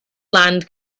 land